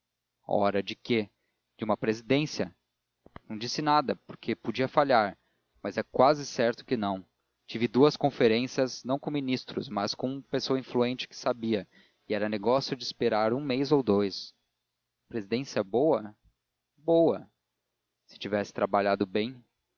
ora de quê de uma presidência não disse nada porque podiam falhar mas é quase certo que não tive duas conferências não com ministros mas com pessoa influente que sabia e era negócio de esperar um mês ou dous presidência boa boa se você tivesse trabalhado bem